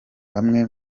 bamwe